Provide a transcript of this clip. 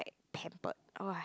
pampered ugh